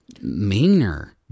meaner